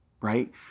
right